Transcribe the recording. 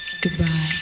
Goodbye